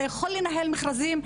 אתה יכול לנהל מכרזים,